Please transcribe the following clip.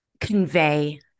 convey